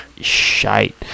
Shite